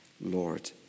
Lord